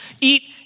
eat